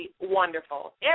wonderful